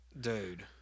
dude